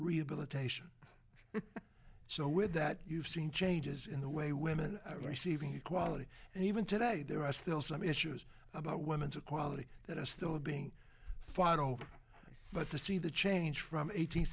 rehabilitation so with that you've seen changes in the way women are receiving equality and even today there are still some issues about women's equality that are still being fought over but to see the change from eight